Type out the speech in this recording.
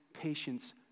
patience